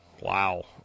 Wow